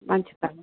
मानसिफ्रा